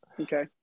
Okay